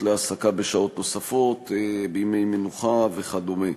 להעסקה בשעות נוספות בימי מנוחה וכדומה.